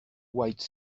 white